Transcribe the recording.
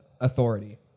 authority